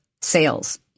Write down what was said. sales